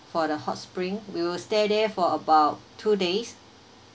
for the hot spring we will stay there for about two days